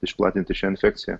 išplatinti šią infekciją